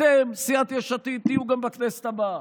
אתם, סיעת יש עתיד, תהיו גם בכנסת הבאה,